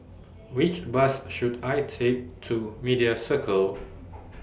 Which Bus should I Take to Media Circle